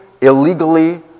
illegally